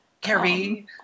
Carrie